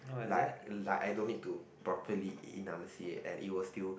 like like I don't need to properly enunciate and it will still